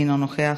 אינו נוכח,